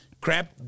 crap